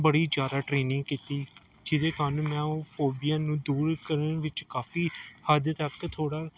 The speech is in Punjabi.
ਬੜੀ ਜ਼ਿਆਦਾ ਟ੍ਰੇਨਿੰਗ ਕੀਤੀ ਜਿਹਦੇ ਕਾਰਨ ਮੈਂ ਉਹ ਫੋਬੀਆ ਨੂੰ ਦੂਰ ਕਰਨ ਵਿੱਚ ਕਾਫੀ ਹੱਦ ਤੱਕ ਥੋੜ੍ਹਾ